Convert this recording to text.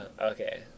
Okay